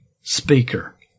speaker